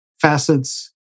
facets